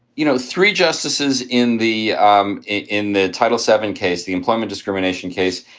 you know, three justices in the um in the title seven case, the employment discrimination case,